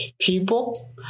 people